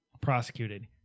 prosecuted